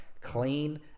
Clean